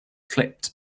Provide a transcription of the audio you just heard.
clipped